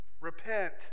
repent